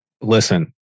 Listen